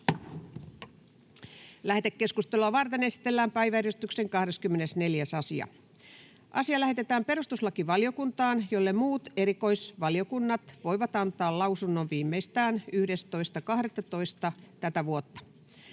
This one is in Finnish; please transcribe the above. Lähetekeskustelua varten esitellään päiväjärjestyksen 24. asia. Asia lähetetään perustuslakivaliokuntaan, jolle muut erikoisvaliokunnat voivat antaa lausunnon viimeistään 11.12.2024.